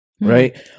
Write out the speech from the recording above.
Right